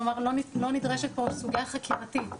כלומר לא נדרשת פה סוגיה חקירתית,